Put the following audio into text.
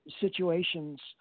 situations